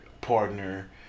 partner